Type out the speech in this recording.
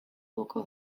local